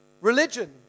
religion